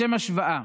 לשם השוואה,